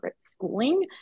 schooling